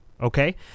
okay